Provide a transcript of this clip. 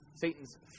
Satan's